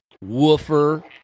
woofer